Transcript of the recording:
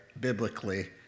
biblically